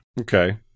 Okay